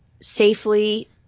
safely